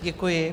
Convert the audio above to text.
Děkuji.